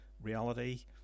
reality